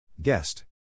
Guest